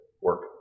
work